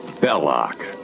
Belloc